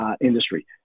industry